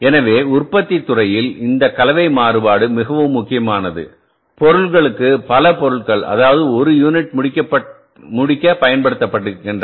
எனவே உற்பத்தித் துறையில் இந்த கலவை மாறுபாடு மிகவும் முக்கியமானதுபொருளுக்கு பல பொருட்கள் அதாவது 1 யூனிட் முடிக்கப்பயன்படுத்தப்படுகின்றன